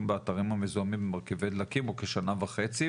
באתרים המזוהמים עם מרכיבי דלקים הוא כשנה וחצי,